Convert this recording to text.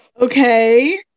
Okay